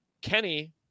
Kenny